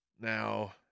now